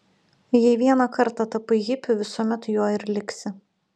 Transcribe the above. jei vieną kartą tapai hipiu visuomet juo ir liksi